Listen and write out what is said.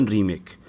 Remake